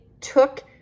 took